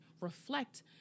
reflect